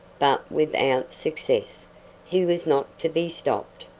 but without success he was not to be stopped.